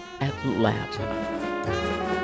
Atlanta